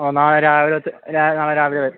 ഓ നാളെ രാവിലത്തെ ഞാൻ നാളെ രാവിലെ വരും